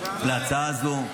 להצעה הזו.